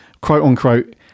quote-unquote